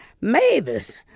Mavis